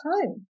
time